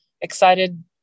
excited